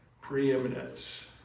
preeminence